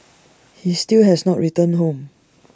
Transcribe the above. he still has not returned home